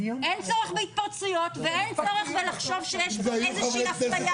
אין צורך בהתפרצויות ואין צורך לחשוב שיש פה איזושהי אפליה.